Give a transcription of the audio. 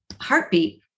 heartbeat